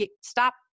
stop